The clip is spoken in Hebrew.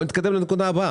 בואו נתקדם לנקודה הבאה.